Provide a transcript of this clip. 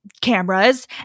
cameras